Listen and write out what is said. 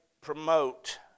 promote